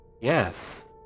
Yes